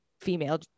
female